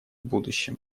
будущем